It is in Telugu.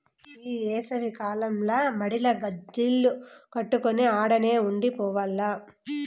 ఈ ఏసవి కాలంల మడిల గాజిల్లు కట్టుకొని ఆడనే ఉండి పోవాల్ల